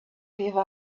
give